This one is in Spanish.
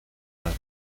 las